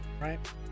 right